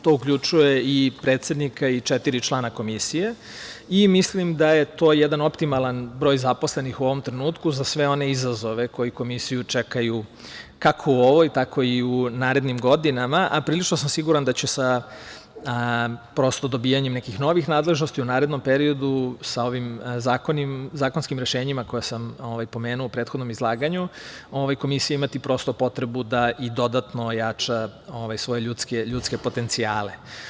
To uključuje i predsednika i četiri člana Komisije i mislim da je to jedan optimalan broj zaposlenih u ovom trenutku za sve one izazove koji Komisiju čekaju kako u ovoj tako i u narednim godinama, a prilično sam siguran da će sa prosto dobijanjem nekih novih nadležnosti u narednom periodu sa ovim zakonskim rešenjima koje sam pomenuo u prethodnom izlaganju ova Komisija imati prosto potrebu da i dodatno ojača svoje ljudske potencijale.